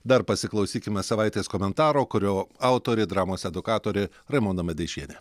dar pasiklausykime savaitės komentaro kurio autorė dramos edukatorė raimonda medeišienė